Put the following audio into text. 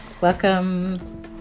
welcome